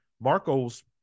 Marco's